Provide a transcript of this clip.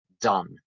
done